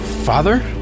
Father